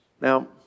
Now